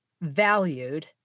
valued